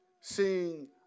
seeing